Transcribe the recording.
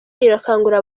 irakangurira